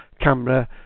camera